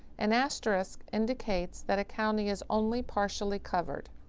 an asterisk indicates that a county is only partially covered.